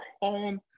home